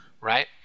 right